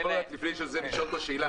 לפני כן אני יכול לשאול אותו שאלה?